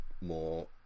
more